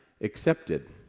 accepted